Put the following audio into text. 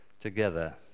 together